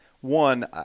one